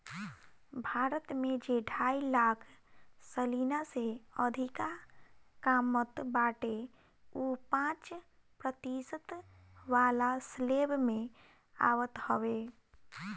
भारत में जे ढाई लाख सलीना से अधिका कामत बाटे उ पांच प्रतिशत वाला स्लेब में आवत हवे